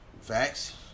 Facts